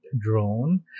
Drone